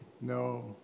No